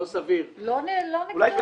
לא נגדו.